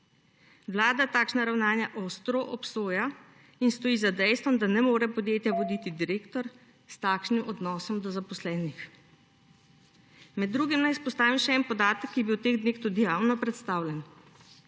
Vlada takšna ravnanja ostro obsoja in stoji za dejstvom, da podjetja ne more voditi direktor s takšnim odnosom do zaposlenih. Med drugim naj izpostavim še en podatek, ki je bil v teh dneh tudi javno predstavljen.